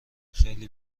خیلی